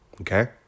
okay